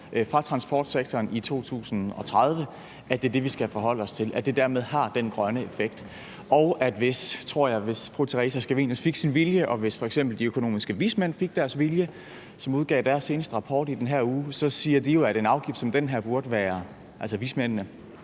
fra transportsektoren i 2030, og at det er det, vi skal forholde os til, og at det dermed har den grønne effekt. Jeg tror jo, hvis fru Theresa Scavenius fik sin vilje, og hvis f.eks. de økonomiske vismænd, som udgav deres seneste rapport i den her uge, fik deres vilje, at en afgift som den her ville være adskillige